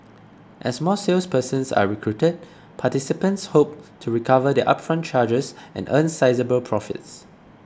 as more salespersons are recruited participants hope to recover their upfront charges and earn sizeable profits